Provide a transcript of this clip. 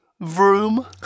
vroom